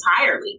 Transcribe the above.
entirely